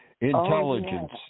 Intelligence